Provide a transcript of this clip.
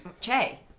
Che